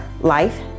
life